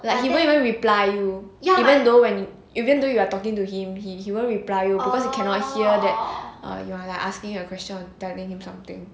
like he won't even reply you even though when you even though you are talking to him he he won't reply you because he cannot hear that err you are asking him a question or telling him something